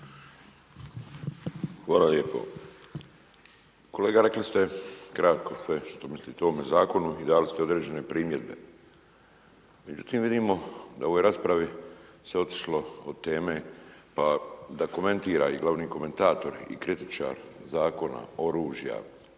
Hvala lijepo. Kolega rekli ste kratko sve što mislite o ovome zakonu i dali ste određene primjedbe. Međutim, vidimo da u ovoj raspravi se otišlo od teme pa da komentira i glavni komentatori i kritičar Zakona oružja